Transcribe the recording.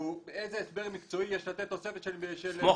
איזה הסבר מקצועי יש לתת תוספת של --- סמוך